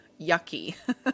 yucky